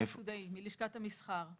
סיגל סודאי, מלשכת המסחר.